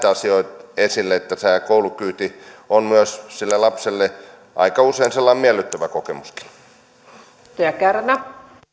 asioita esille että se koulukyyti on myös sille lapselle aika usein sellainen miellyttävä kokemuskin